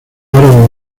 árabes